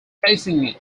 facing